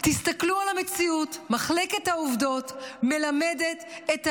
תסתכלו על המציאות, מחלקת העובדות מלמדת את ההפך,